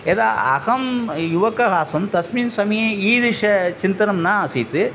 यदा अहं युवकः आसन् तस्मिन् समये ईदृशं चिन्तनं न आसीत्